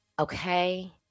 Okay